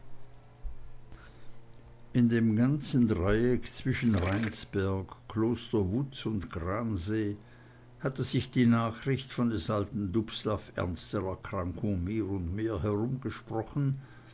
in dem ganzen dreieck zwischen rheinsberg kloster wutz und gransee hatte sich die nachricht von des alten dubslav ernster erkrankung mehr und mehr herumgesprochen